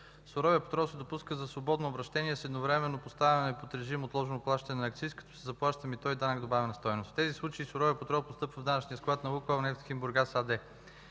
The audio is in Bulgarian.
Суровият петрол се допуска за свободно обръщение с едновременно поставяне под режим „отложено плащане на акциз”, като се заплаща мито и данък добавена стойност. В тези случаи суровият петрол постъпва в данъчния склад на „Лукойл” – „Нефтохим – Бургас” АД.